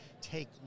take